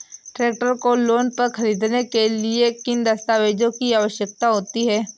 Tractor को loan पर खरीदने के लिए किन दस्तावेज़ों की आवश्यकता होती है?